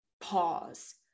pause